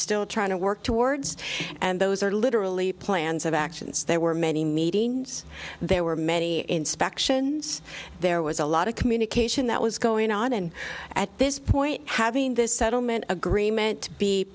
still trying to work towards and those are literally plans of actions there were many meetings there were many inspections there was a lot of communication that was going on and at this point having this settlement agreement